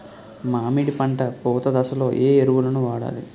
మామిడి పంట పూత దశలో ఏ ఎరువులను వాడాలి?